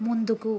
ముందుకు